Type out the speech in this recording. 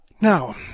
Now